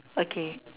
okay